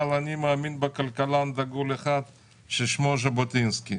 אבל אני מאמין בכלכלן דגול אחד ששמו ז'בוטינסקי.